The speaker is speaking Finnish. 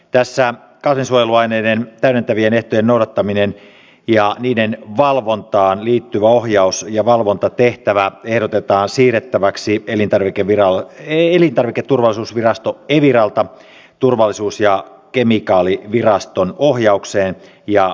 tässä kasvinsuojeluaineiden täydentävien ehtojen noudattaminen ja niiden valvontaan liittyvät ohjaus ja valvontatehtävät ehdotetaan siirrettäväksi elintarviketurvallisuusvirasto eviralta turvallisuus ja kemikaaliviraston ohjaukseen ja valvontaan